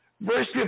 verse